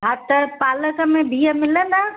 हा त पालक में बिहु मिलंदा